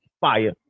fire